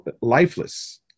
lifeless